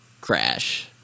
crash